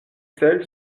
sel